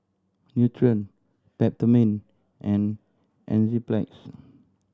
Nutren Peptamen and Enzyplex